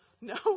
No